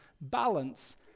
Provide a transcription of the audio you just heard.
balance